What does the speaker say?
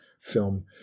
film